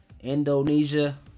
Indonesia